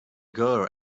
girl